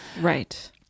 Right